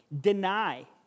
deny